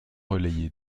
relayée